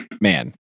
man